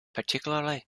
particularly